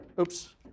oops